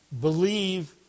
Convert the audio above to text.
believe